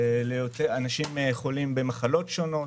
אנשים חולים במחלות שונות,